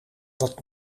dat